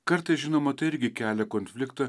kartais žinoma tai irgi kelia konfliktą